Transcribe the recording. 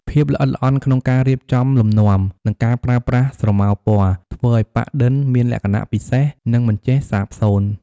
ភាពល្អិតល្អន់ក្នុងការរៀបចំលំនាំ និងការប្រើប្រាស់ស្រមោលពណ៌ ធ្វើឱ្យប៉ាក់-ឌិន មានលក្ខណៈពិសេស និងមិនចេះសាបសូន្យ។